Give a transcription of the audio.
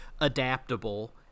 adaptable